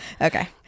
Okay